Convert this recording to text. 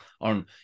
on